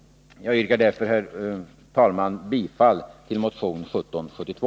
Jag yrkar därför, herr talman, bifall till motion 1772.